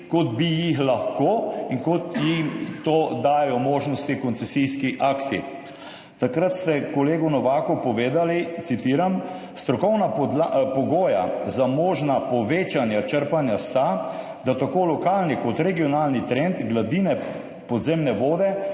kot bi jih lahko in kot jim za to dajejo možnost koncesijski akti. Takrat ste kolegu Novaku povedali, citiram: »Strokovna pogoja za možna povečanja črpanja sta, da tako lokalni kot regionalni trend gladine podzemne vode